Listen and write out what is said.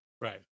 Right